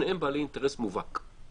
שניהם בעלי אינטרס מובהק.